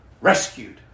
rescued